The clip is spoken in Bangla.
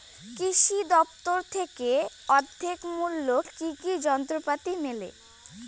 কৃষি দফতর থেকে অর্ধেক মূল্য কি কি যন্ত্রপাতি মেলে?